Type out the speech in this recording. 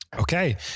okay